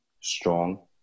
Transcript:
strong